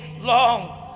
long